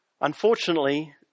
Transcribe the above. Unfortunately